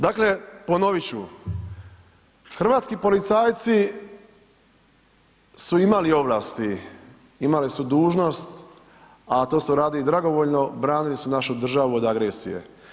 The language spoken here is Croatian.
Dakle ponoviti ću, hrvatski policajci su imali ovlasti, imali su dužnost a to su radili dragovoljno, branili su našu državu od agresije.